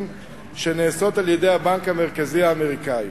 שנעשות על-ידי הבנק המרכזי האמריקני.